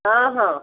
ହଁ ହଁ